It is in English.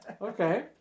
Okay